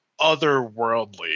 otherworldly